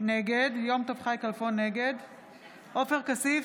נגד עופר כסיף,